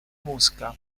mosca